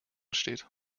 steht